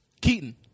Keaton